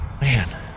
man